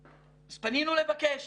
אז פנינו לבקש.